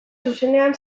zuzenean